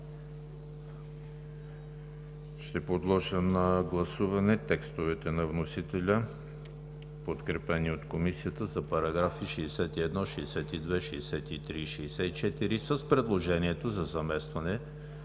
Подлагам на гласуване текстовете на вносителя, подкрепени от Комисията, за параграфи 61, 62, 63 и 64 с предложението за заместване,